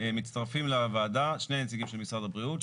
מצטרפים לוועדה שני נציגים של משרד הבריאות,